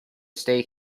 stay